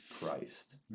Christ